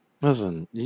Listen